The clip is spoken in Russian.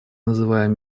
называем